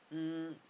um